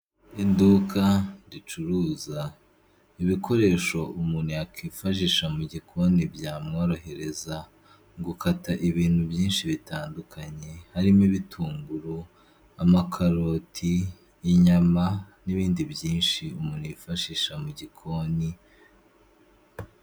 Iduka ricuruza ibikoresho umuntu yakwifashisha mu gikoni. Byamworohereza gukata ibintu byinshi bitandukanye harimo ibitunguru, amakaroti, inyama n'ibindi byinshi umuntu yifashisha mu gikoni.